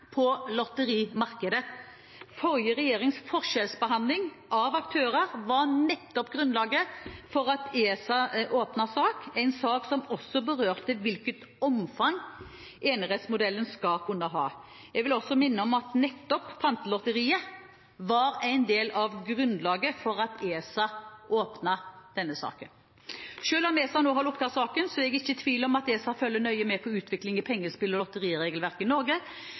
på lotterimarkedet. Forrige regjerings forskjellsbehandling av aktørene var nettopp grunnlaget for at ESA åpnet sak, en sak som også berørte hvilket omfang enerettsmodellen skal kunne ha. Jeg vil også minne om at nettopp Pantelotteriet var en del av grunnlaget for at ESA åpnet denne saken. Selv om ESA nå har lukket saken, er jeg ikke i tvil om at ESA følger nøye med på utviklingen i pengespill- og lotteriregelverket i Norge.